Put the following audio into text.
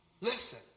Listen